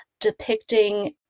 depicting